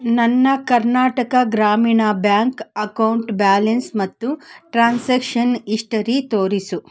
ನನ್ನ Karnataka Gramin bank account balance ಮತ್ತು transaction history ತೋರಿಸು